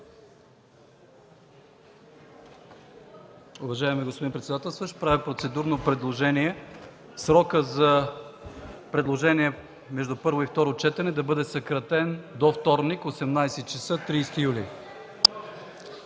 Уважаеми господин председателстващ, правя процедурно предложение срокът за предложения между първо и второ четене да бъде съкратен до 18,00 ч., вторник, 30 юли.